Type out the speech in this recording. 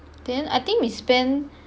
then I think we spent